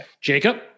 Jacob